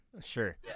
Sure